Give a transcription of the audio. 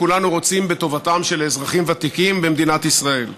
רוצים בטובתם של אזרחים ותיקים במדינת ישראל,